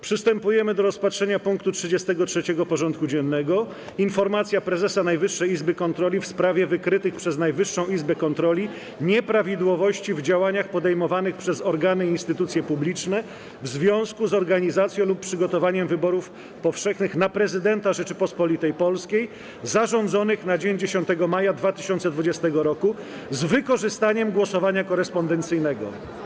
Przystępujemy do rozpatrzenia punktu 33. porządku dziennego: Informacja Prezesa Najwyższej Izby Kontroli w sprawie wykrytych przez Najwyższą Izbę Kontroli nieprawidłowości w działaniach podejmowanych przez organy i instytucje publiczne w związku z organizacją lub przygotowaniem wyborów powszechnych na Prezydenta Rzeczypospolitej Polskiej zarządzonych na dzień 10 maja 2020 r. z wykorzystaniem głosowania korespondencyjnego.